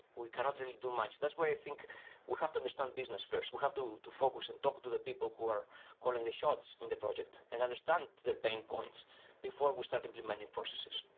we cannot really do much. that's why i think we have to understand business first. we have to focus and talk to the people who are calling the shots in the project and understand their pain points before we start implementing processes,